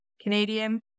Canadian